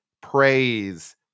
praise